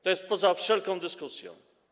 To jest poza wszelką dyskusją.